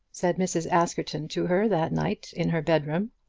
said mrs. askerton to her that night in her bedroom.